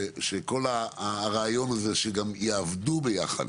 כשכל הרעיון הזה הוא שגם יעבדו ביחד,